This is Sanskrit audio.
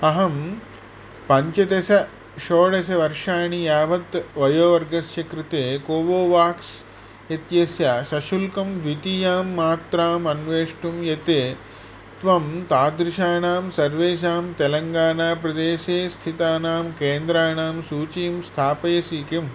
अहं पञ्चदश षोडशवर्षाणि यावत् वयोवर्गस्य कृते कोवोवाक्स् इत्यस्य सशुल्कं द्वितीयां मात्राम् अन्वेष्टुं यते त्वं तादृशाणां सर्वेषां तेलङ्गानाप्रदेशे स्थितानां केन्द्राणां सूचिं स्थापयसि किम्